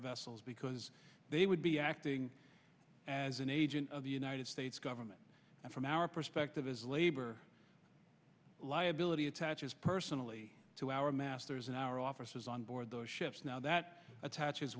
vessels because they would be acting as an agent of the united states government and from our perspective as labor liability attaches personally to our masters and our officers on board those ships now that attaches